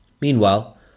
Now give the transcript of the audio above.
Meanwhile